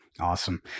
Awesome